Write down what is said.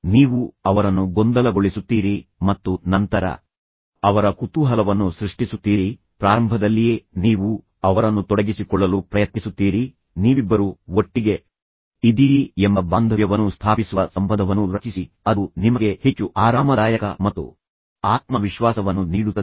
ನೀವು ಅವರನ್ನು ಗೊಂದಲಗೊಳಿಸುತ್ತೀರಿ ಮತ್ತು ನಂತರ ಅವರ ಕುತೂಹಲವನ್ನು ಸೃಷ್ಟಿಸುತ್ತೀರಿ ಪ್ರಾರಂಭದಲ್ಲಿಯೇ ನೀವು ಅವರನ್ನು ತೊಡಗಿಸಿಕೊಳ್ಳಲು ಪ್ರಯತ್ನಿಸುತ್ತೀರಿ ನೀವಿಬ್ಬರೂ ಒಟ್ಟಿಗೆ ಇದ್ದೀರಿ ಎಂಬ ಬಾಂಧವ್ಯವನ್ನು ಸ್ಥಾಪಿಸುವ ಸಂಬಂಧವನ್ನು ರಚಿಸಿ ಅದು ನಿಮಗೆ ಹೆಚ್ಚು ಆರಾಮದಾಯಕ ಮತ್ತು ಆತ್ಮವಿಶ್ವಾಸವನ್ನು ನೀಡುತ್ತದೆ